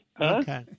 Okay